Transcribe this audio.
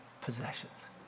possessions